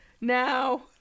Now